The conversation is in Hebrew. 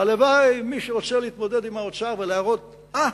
הלוואי, מי שרוצה להתמודד עם האוצר ולהראות: אה,